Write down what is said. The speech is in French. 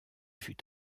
fut